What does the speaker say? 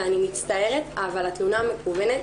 ואני מצטערת אבל התלונה המקוונת,